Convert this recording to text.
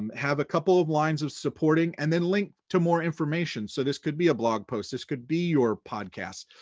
um have a couple of lines of supporting, and then link to more information, so this could be a blog post, this could be your podcast.